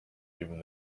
even